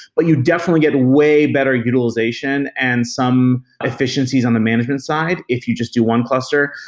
but you definitely get away better utilization and some deficiencies on the management side if you just do one cluster.